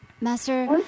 Master